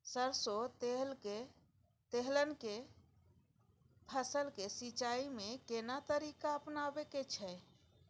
सरसो तेलहनक फसल के सिंचाई में केना तरीका अपनाबे के छै?